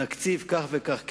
נקציב כך וכך כסף,